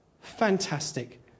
fantastic